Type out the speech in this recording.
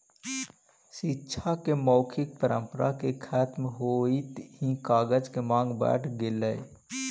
शिक्षा के मौखिक परम्परा के खत्म होइत ही कागज के माँग बढ़ गेलइ